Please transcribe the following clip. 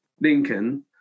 Lincoln